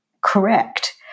correct